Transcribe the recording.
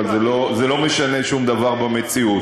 אבל זה לא משנה שום דבר במציאות.